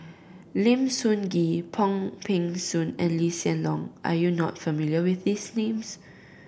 Lim Sun Gee Wong Peng Soon and Lee Hsien Loong are you not familiar with these names